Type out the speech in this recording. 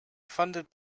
funded